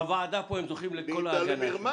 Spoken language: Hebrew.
בוועדה פה הם זוכים לכל ההגנה.